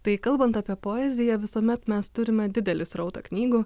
tai kalbant apie poeziją visuomet mes turime didelį srautą knygų